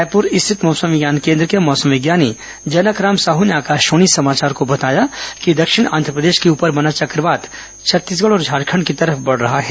रायपुर स्थित मौसम विज्ञान केन्द्र के मौसम विज्ञानी जनकराम साहू ने आकाशवाणी समाचार को बताया कि दक्षिण आंध्रप्रदेश के ऊपर बना चक्रवात छत्तीसगढ़ और झारखंड की तरफ बढ़ रहा है